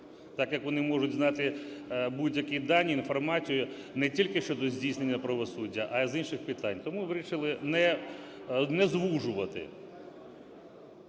так як вони можуть знати будь-які дані, інформацію не тільки щодо здійснення правосуддя, а й з інших питань. Тому вирішили не звужувати.